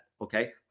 okay